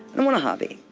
i don't want a hobby,